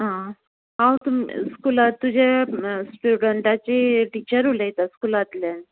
आ हांव तुम स्कुलांत तुज्या स्टुडंटाची टिचर उलयतां स्कुलांतल्यान